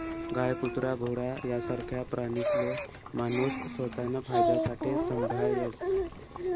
गाय, कुत्रा, घोडा यासारखा प्राणीसले माणूस स्वताना फायदासाठे संभायस